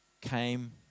came